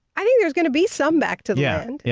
i think there's going to be some back to the land, yeah